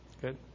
good